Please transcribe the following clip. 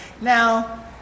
Now